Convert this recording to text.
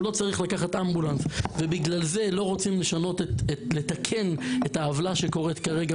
לא צריך לקחת אמבולנס ובגלל זה לא רוצים לתקן את העוולה שקורית כרגע